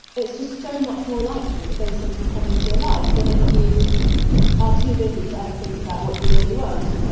it's just so much more likely that those things will come into your life than if you are too busy to ever think about what you really want.